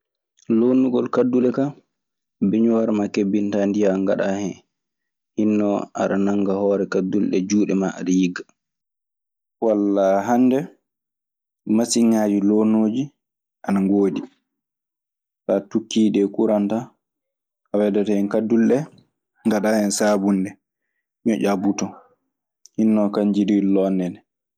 Loonnugol kaddule ka beñuwaar ma kebbintaa ndiyam ngaɗaa hen. Hinno aɗa nannga hoore kadule ɗee juuɗe maa aɗa yigga. Walla hannde masiŋaaji loonnooji ana ngoodi. So a tukkii ɗi e kuran tan, a weddoto hen kaddule ɗee, ngaɗaa hen saabunde, ñoƴƴaa buton. Hinnoo kandji duu iɗi loonneede.